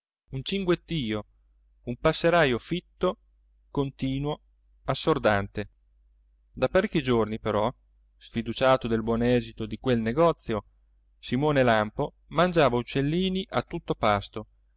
un cinguettio un passerajo fitto continuo assordante da parecchi giorni però sfiduciato del buon esito di quel negozio simone lampo mangiava uccellini a tutto pasto